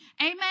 Amen